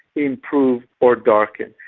improve or darken.